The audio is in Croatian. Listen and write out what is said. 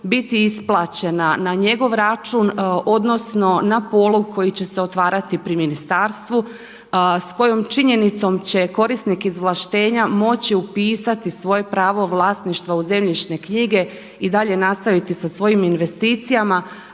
biti isplaćena na njegov račun odnosno na polog koji će se otvarati pri ministarstvu s kojom činjenicom će korisnik izvlaštenja moći upisati svoje pravo vlasništva u zemljišne knjige i dalje nastaviti sa svojim investicijama.